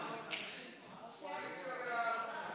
(קוראת בשמות חברי הכנסת)